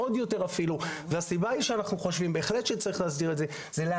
אנחנו חושבים שצריך להסדיר את זה כדי